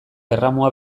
erramua